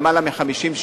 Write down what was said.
יותר מ-50 שנה,